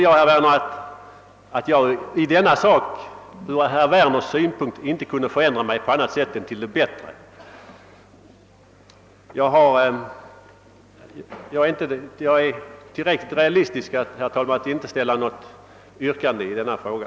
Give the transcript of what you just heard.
Jag trodde att jag i denna sak ur herr Werners synvinkel inte kunde förändra mig på annat sätt än till det bättre. Jag är tillräckligt realistisk, herr talman, att inte ställa något yrkande i denna fråga.